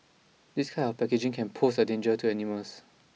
this kind of packaging can pose a danger to animals